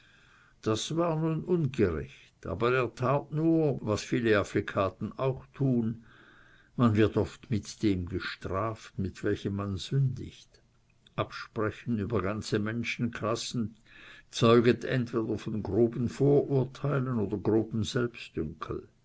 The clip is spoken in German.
das war nun ungerecht aber er tat nur was viele afflikaten auch tun man wird oft mit dem gestraft mit welchem man sündigt absprechen über ganze menschenklassen zeuget entweder von groben vorurteilen oder grobem